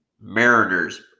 Mariners